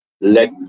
let